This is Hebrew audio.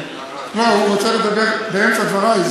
לא, הוא רוצה לדבר באמצע דברי.